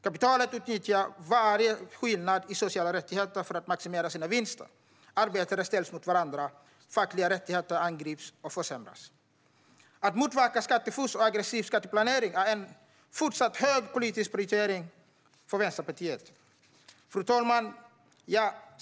Kapitalet utnyttjar varje skillnad i sociala rättigheter för att maximera sina vinster. Arbetare ställs mot varandra. Fackliga rättigheter angrips och försämras. Att motverka skattefusk och aggressiv skatteplanering är en fortsatt hög politisk prioritering för Vänsterpartiet. Fru talman!